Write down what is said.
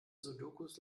sudokus